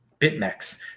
BitMEX